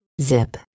zip